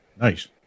Nice